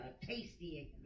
tasty